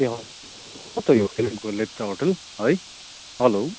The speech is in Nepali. ए हवस् हो त यो कालेम्पोङ लेप्चा होटल है हेलो